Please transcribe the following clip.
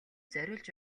зориулж